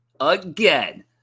again